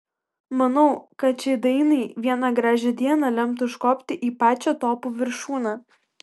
manau kad šiai dainai vieną gražią dieną lemta užkopti į pačią topų viršūnę